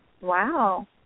Wow